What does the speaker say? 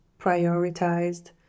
prioritized